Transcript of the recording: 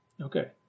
Okay